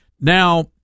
Now